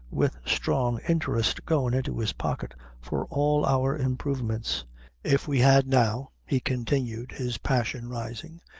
with strong inthrest goin' into his pocket for all our improvements if we had now, he continued, his passion rising,